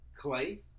Clay